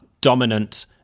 dominant